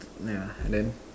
ya then